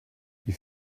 die